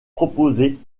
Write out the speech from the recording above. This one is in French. proposée